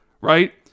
Right